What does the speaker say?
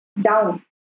down